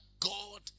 God